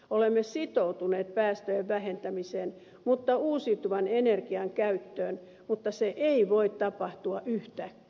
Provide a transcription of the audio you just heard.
olemme sitoutuneet sekä päästöjen vähentämiseen että uusiutuvan energian käyttöön mutta se ei voi tapahtua yhtäkkiä